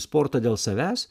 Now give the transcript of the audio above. sportą dėl savęs